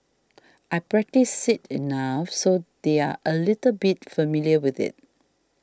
I practice it enough so they're a little bit familiar with it